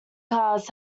cars